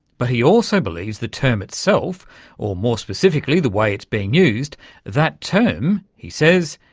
but he also believes the term itself or more specifically, the way it's being used that term, he says,